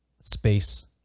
space